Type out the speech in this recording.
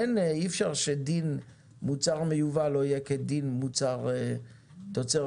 אי אפשר שדין מוצר מיובא לא יהיה כדין מוצר תוצרת